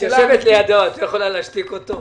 ובאפליה שלהם ובסחבת אצלם.